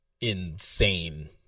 insane